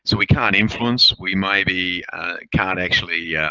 so we can't influence. we maybe can't actually yeah